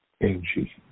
Angie